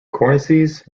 cornices